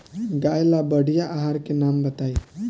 गाय ला बढ़िया आहार के नाम बताई?